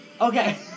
Okay